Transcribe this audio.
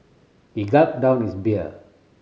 he gulped down his beer